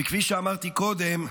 וכפי שאמרתי קודם,